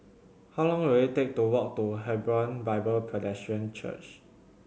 how long will it take to walk to Hebron Bible Presbyterian Church